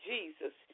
Jesus